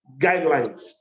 guidelines